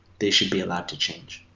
they should be allowed to change.